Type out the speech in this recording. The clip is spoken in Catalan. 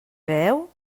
beu